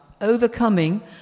overcoming